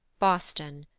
boston,